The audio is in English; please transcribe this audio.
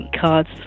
cards